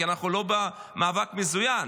כי אנחנו לא במאבק מזוין.